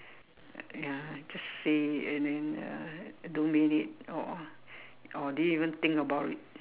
ya just say and then uh don't mean it or or didn't even think about it